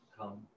Come